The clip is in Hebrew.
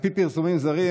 על פי פרסומים זרים,